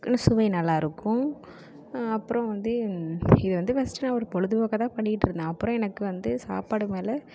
ஸ் சுவை நல்லா இருக்கும் அப்புறம் வந்து இது வந்து ஃபஸ்ட் நான் ஒரு பொழுது போக்காகதான் பண்ணிகிட்டு இருந்தேன் அப்புறம் எனக்கு வந்து சாப்பாடு மேலே